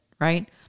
right